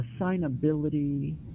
assignability